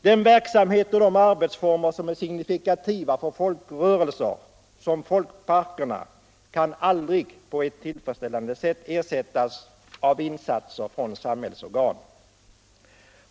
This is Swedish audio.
Den verksamhet och de arbetsformer som är signifikativa för folkrörelser som folkparkerna kan aldrig på ett tillfredsställande sätt ersättas av insatser från samhällsorgan.